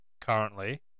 currently